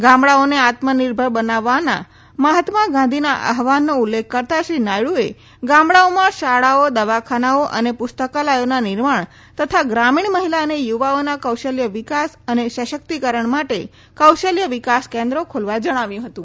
ગામડાઓને આત્મનિર્ભર બનાવવાના મહાત્મા ગાંધીના આહવાનનો ઉલ્લેખ કરતાં શ્રી નાયડુએ ગામડાઓમાં શાળાઓ દવાખાનાઓ અને પુસ્તકાલચોના નિર્માણ તથા ગ્રામીણ મહિલા અને યુવાઓના કૌશલ્ય વિકાસ અને સશક્તિકરણ માટે કૌશલ્ય વિકાસ કેન્દ્રો ખોલવા જણાવ્યું હતું